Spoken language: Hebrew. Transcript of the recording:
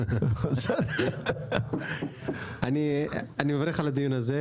בסדר, אנחנו נקבל החלטה על זה.